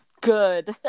good